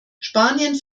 spanien